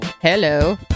hello